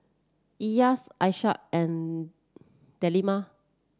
Elyas Aishah and Delima